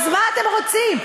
אז מה אתם רוצים?